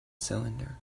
cylinder